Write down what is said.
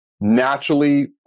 naturally